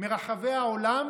מרחבי העולם,